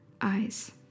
eyes